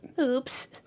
Oops